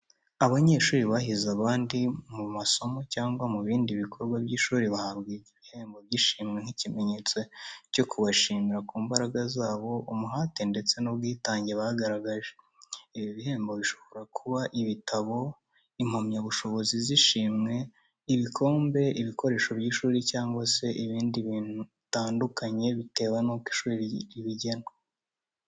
Abanyeshuri bahize abandi mu masomo cyangwa mu bindi bikorwa by'ishuri bahabwa ibihembo byishimwe nk'ikimenyetso cyo kubashimira ku mbaraga zabo, umuhate ndetse n'ubwitange bagaragaje. Ibi bihembo bishobora kuba ibitabo, impamyabushobozi z'ishimwe, ibikombe, ibikoresho by’ishuri cyangwa se ibindi bitandukanye bitewe nuko ishuri ribigena.